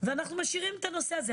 ואנחנו משאירים את הנושא הזה.